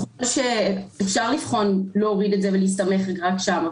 אפשר לבחון להוריד את זה ולהסתמך רק שם.